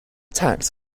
tax